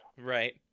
Right